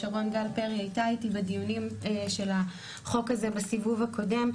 שרון גל פרי הייתה איתי בדיונים של החוק הזה בסיבוב הקודם,